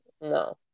No